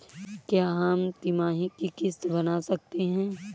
क्या हम तिमाही की किस्त बना सकते हैं?